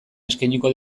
eskainiko